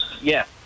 Yes